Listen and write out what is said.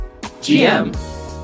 GM